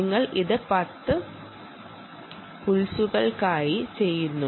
നിങ്ങൾ ഇത് 10 പൾസുകൾക്കായി ചെയ്യുക